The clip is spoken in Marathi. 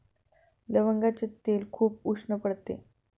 लवंगाचे तेल खूप उष्ण पडते